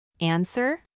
Answer